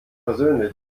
persönlich